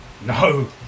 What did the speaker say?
No